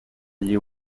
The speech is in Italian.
agli